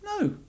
No